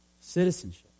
citizenship